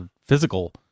physical